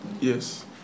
Yes